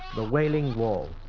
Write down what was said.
the wailing wall.